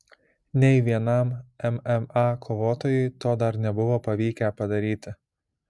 nei vienam mma kovotojui to dar nebuvo pavykę padaryti